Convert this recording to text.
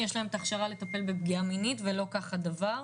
יש להם את ההכשרה לטפל בפגיעה מינית ולא כך הדבר.